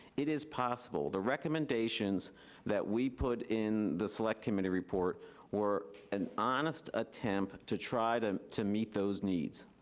it is possible. the recommendations that we put in the select committee report were an honest attempt to try to to meet those needs.